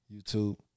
YouTube